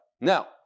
Now